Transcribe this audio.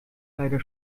leider